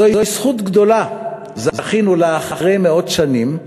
זוהי זכות גדולה, זכינו לה אחרי מאות שנים,